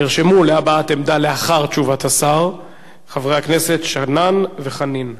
נרשמו להבעת עמדה לאחר תשובת השר חברי הכנסת שנאן וחנין.